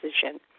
decision